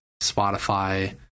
Spotify